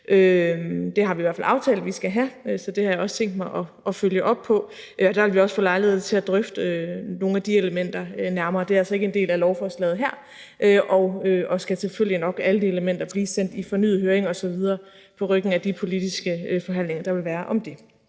det har vi i hvert fald aftalt vi skal have, så det har jeg også tænkt mig at følge op på – og der vil vi også få lejlighed til at drøfte nogle af de elementer nærmere. Det er altså ikke en del af lovforslaget her, og de elementer skal selvfølgelig nok blive sendt i fornyet høring osv. på ryggen af de politiske forhandlinger, der vil være om det.